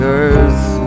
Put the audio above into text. earth